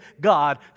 God